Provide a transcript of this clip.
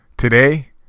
Today